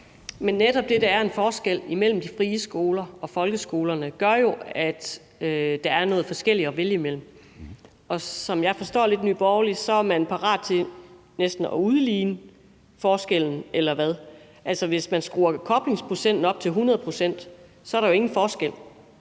Men netop det, at der er en forskel mellem de frie skoler og folkeskolerne, gør jo, at der er noget forskelligt at vælge imellem, og som jeg lidt forstår Nye Borgerlige, er man parat til næsten at udligne forskellen, eller hvad? Altså, hvis man skruer koblingsprocenten op til 100 pct., er der jo ingen forskel